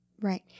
Right